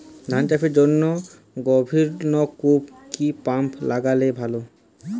ধান চাষের জন্য গভিরনলকুপ কি পাম্প লাগালে ভালো?